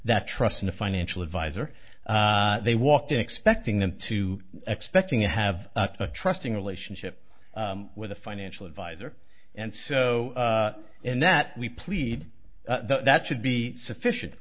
that trust in a financial advisor they walked in expecting them to expecting to have a trusting relationship with a financial advisor and so and that we plead that should be sufficient